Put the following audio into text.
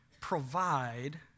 provide